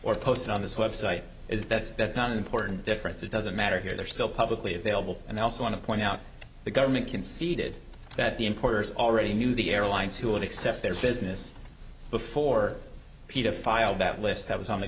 or posted on this website is that's that's not an important difference it doesn't matter here they're still publicly available and i also want to point out the government conceded that the importers already knew the airlines who would accept their business before paedophile that list that was on the